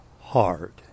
hard